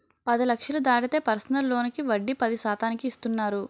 పది లక్షలు దాటితే పర్సనల్ లోనుకి వడ్డీ పది శాతానికి ఇస్తున్నారు